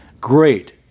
Great